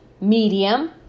medium